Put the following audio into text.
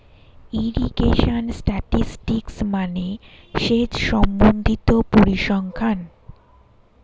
irrigation statistics মানে সেচ সম্বন্ধিত পরিসংখ্যান